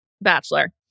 Bachelor